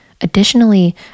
Additionally